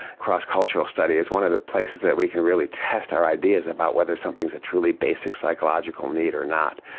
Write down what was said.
across cultural studies, one of the places that we can really test our ideas about whether something is a truly basic psychological need or not.